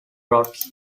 rods